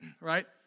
right